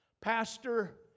Pastor